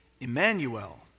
Emmanuel